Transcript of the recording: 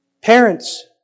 Parents